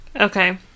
Okay